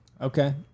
Okay